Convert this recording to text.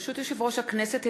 ברשות יושב-ראש הכנסת,